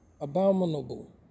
abominable